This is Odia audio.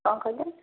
କ'ଣ କହିଲେ